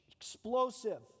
Explosive